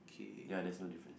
ya there's no difference